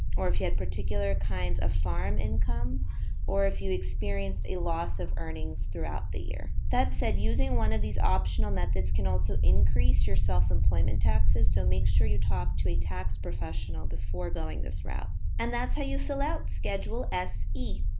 or if you had particular kinds of farm income or if you experienced a loss of earnings throughout the year. that said using one of these optional methods can also increase your self employment taxes. so make sure you talk to a tax professional before going this route. and that's how you fill out schedule se.